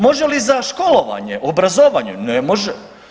Može li za školovanje, obrazovanje, ne može.